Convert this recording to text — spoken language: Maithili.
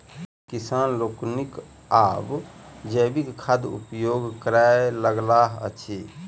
किसान लोकनि आब जैविक खादक उपयोग करय लगलाह अछि